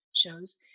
shows